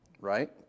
right